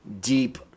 deep